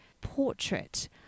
portrait